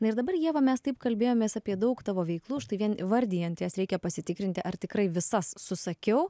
na ir dabar ieva mes taip kalbėjomės apie daug tavo veiklų štai vien įvardijant jas reikia pasitikrinti ar tikrai visas susakiau